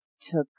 took